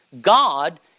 God